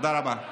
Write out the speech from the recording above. תודה רבה.